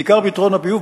בעיקר פתרון הביוב,